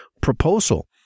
proposal